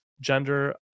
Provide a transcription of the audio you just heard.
Gender